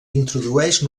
introdueix